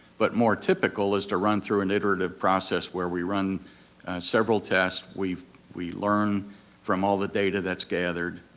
but more typical is to run through an iterative process where we run several tests, we we learn from all the data that's gathered,